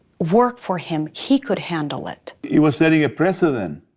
worked for him. he could handle it. he was setting a precedent.